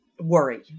worry